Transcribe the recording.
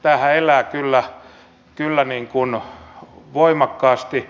tämähän elää kyllä voimakkaasti